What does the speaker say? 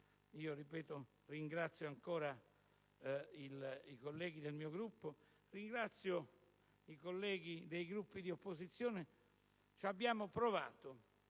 ringrazio ancora i colleghi del mio Gruppo e i colleghi dei Gruppi di opposizione. Abbiamo provato